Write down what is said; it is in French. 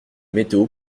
météo